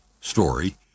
story